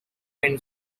when